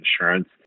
insurance